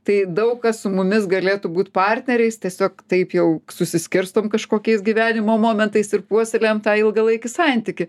tai daug kas su mumis galėtų būt partneriais tiesiog taip jau susiskirstom kažkokiais gyvenimo momentais ir puoselėjam tą ilgalaikį santykį